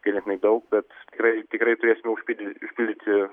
ganėtinai daug bet tikrai tikrai turėsime užpildyt užpildyti